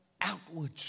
outwards